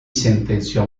sentenció